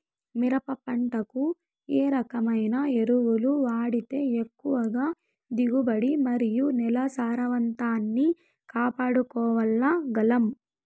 మిరప పంట కు ఏ రకమైన ఎరువులు వాడితే ఎక్కువగా దిగుబడి మరియు నేల సారవంతాన్ని కాపాడుకోవాల్ల గలం?